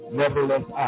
nevertheless